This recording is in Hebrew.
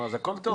נו, אז הכול טוב.